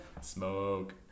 Smoke